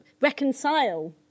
reconcile